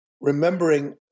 Remembering